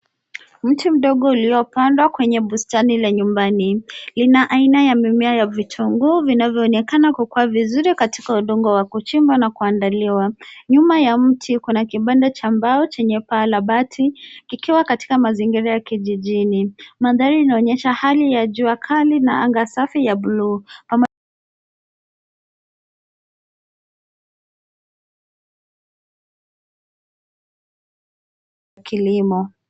Mti mdogo iliopandwa kwenye bustani ya nyumbani. Lina aina ya mimea ya vitunguu inayoonekana kukuwa vizuri katika udongo wa kuchimba na kuandaliwa. Nyuma ya mti kuna kibanda cha mbao chenye paa la bati kikiwa katika mazingira ya kijijini. Mandhari inaonyesha hali ya jua kali na anga safi ya buluu. kilimo.